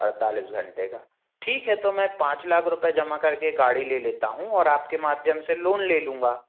अड़तालीस घंटे का ठीक है तो मैं पाँच लाख रुपये जमा करके गाड़ी ले लेता हूँ और आपके माध्यम से लोन ले लूँगा